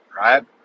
right